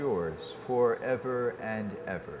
yours for ever and ever